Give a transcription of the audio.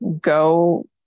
go